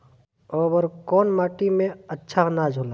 अवर कौन माटी मे अच्छा आनाज होला?